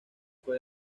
fue